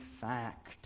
fact